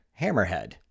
Hammerhead